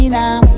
now